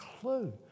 clue